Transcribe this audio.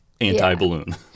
anti-balloon